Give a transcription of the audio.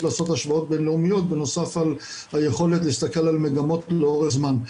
לעשות השוואות בינלאומיות בנוסף על היכולת להסתכל על מגמות לאורך זמן.